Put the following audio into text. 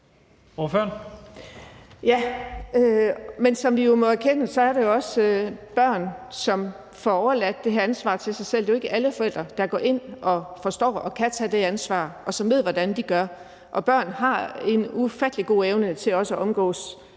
som vi jo må erkende, er der også børn, som får overladt det ansvar til sig selv. Det er jo ikke alle forældre, der forstår det og kan gå ind at tage det ansvar, og som ved, hvordan de gør det, og børn har en ufattelig god evne til også